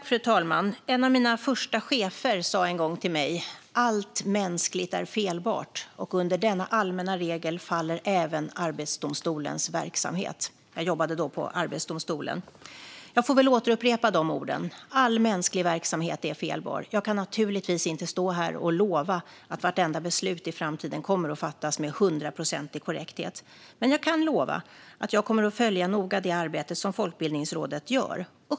Fru talman! En av mina första chefer sa en gång till mig: Allt mänskligt är felbart, och under denna allmänna regel faller även Arbetsdomstolens verksamhet. Jag jobbade då på Arbetsdomstolen. Jag får väl upprepa dessa ord: All mänsklig verksamhet är felbar. Jag kan givetvis inte stå här och lova att vartenda beslut i framtiden kommer att fattas med hundraprocentig korrekthet. Men jag kan lova att jag noga kommer att följa det arbete som Folkbildningsrådet gör.